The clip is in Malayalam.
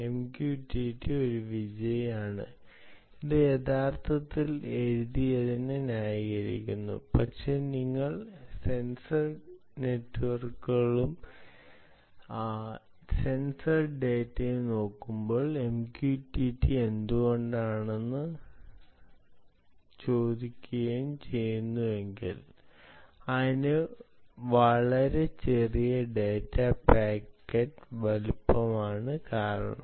MQTT ഒരു വിജയിയാണ് ഇത് യഥാർത്ഥത്തിൽ എഴുതിയതിനെ ന്യായീകരിക്കുന്നു പക്ഷേ നിങ്ങൾ സെൻസർ നെറ്റ്വർക്കുകളും സെൻസർ ഡാറ്റയും നോക്കുകയും MQTT എന്തുകൊണ്ടെന്ന് ചോദിക്കുകയും ചെയ്യുന്നുവെങ്കിൽ അതിന്റെ വളരെ ചെറിയ ഡാറ്റ പാക്കറ്റ് വലുപ്പം ആണ് കാരണം